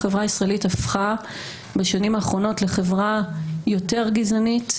החברה הישראלית הפכה בשנים האחרונות לחברה יותר גזענית,